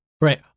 right